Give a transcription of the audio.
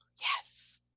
yes